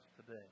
today